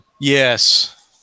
Yes